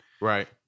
right